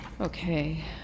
okay